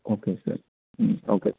okay sir okay